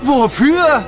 Wofür